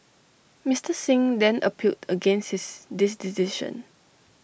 Mister Singh then appealed against this decision